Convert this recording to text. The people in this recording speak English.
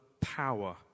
power